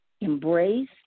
embrace